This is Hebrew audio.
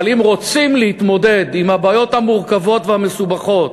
אבל אם רוצים להתמודד עם הבעיות המורכבות והמסובכות